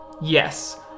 Yes